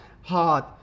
hard